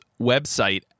website